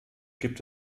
gibt